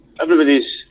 Everybody's